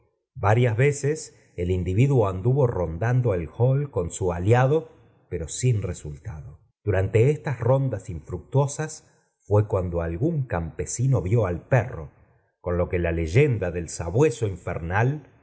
varias veces el individuo anduvo rondando el hall con su aliado poro sin resultado durante estas rondas infructuosas fué cuando algún campesino vió al perro con lo que la leyenda dol sabueso infernal